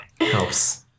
helps